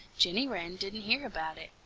jenny wren didn't hear about it.